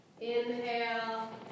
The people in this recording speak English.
Inhale